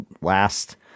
last